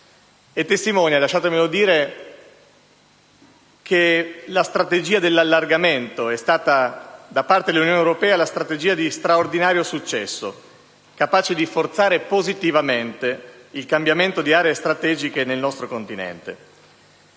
testimonia - lasciatemelo dire - che la strategia dell'allargamento da parte dell'Unione Europea è stata di straordinario successo, capace di forzare positivamente il cambiamento di aree strategiche nel nostro continente: